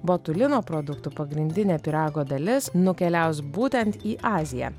botulino produktų pagrindinė pyrago dalis nukeliaus būtent į aziją